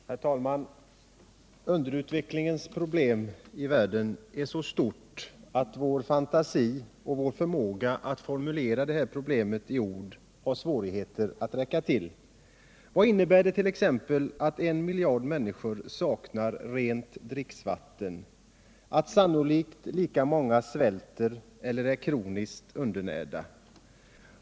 Herr talman! Underutvecklingens problem i världen är så stort att vår fantasi och vår förmåga att formulera detta problem i ord får svårigheter att räcka till. Vad innebär det t.ex. att en miljard människor saknar rent dricksvatten och att sannolikt lika många svälter eller är kroniskt undernärda?